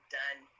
done